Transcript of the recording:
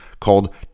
called